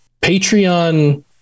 Patreon